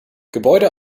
gebäude